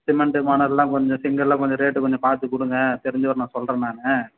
cement மணல்லாம் கொஞ்சம் செங்கல்லாம் கொஞ்சம் ரேட்டு கொஞ்சம் பார்த்து கொடுங்க தெரிஞ்சவர்னு சொல்கிறேன் நான்